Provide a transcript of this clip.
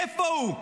איפה הוא?